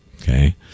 okay